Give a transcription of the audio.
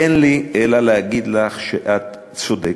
אין לי אלא להגיד לך שאת צודקת.